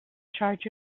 charge